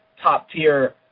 top-tier